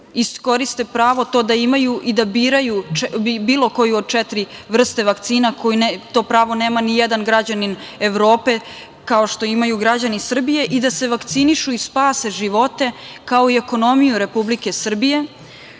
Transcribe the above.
iskoriste to pravo da biraju bilo koju od četiri vrste vakcine, koje pravo nema nijedan građanin Evrope, kao što imaju građani Srbije, i da se vakcinišu i spase živote, kao i ekonomiju Republike Srbije